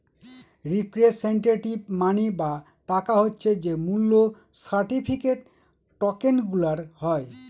representative money বা টাকা হচ্ছে যে মূল্য সার্টিফিকেট, টকেনগুলার হয়